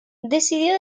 decidió